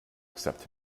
except